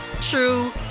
true